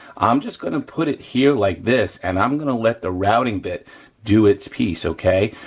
i'm just gonna put it here like this and i'm gonna let the routing bit do its piece, okay?